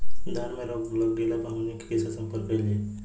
धान में रोग लग गईला पर हमनी के से संपर्क कईल जाई?